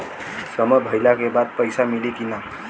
समय भइला के बाद पैसा मिली कि ना?